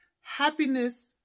happiness